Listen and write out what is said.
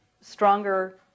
stronger